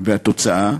והתוצאה,